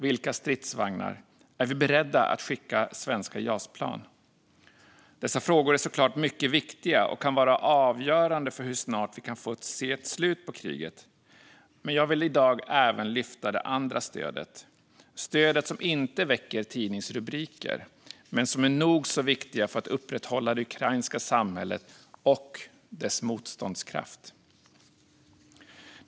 Vilka stridsvagnar? Är vi beredda att skicka svenska Jas-plan? Dessa frågor är såklart mycket viktiga och kan vara avgörande för hur snart vi kan få se ett slut på kriget. Men jag vill i dag även lyfta det andra stödet, stödet som inte väcker tidningsrubriker men som är nog så viktigt för att upprätthålla det ukrainska samhället och dess motståndskraft.